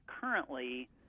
currently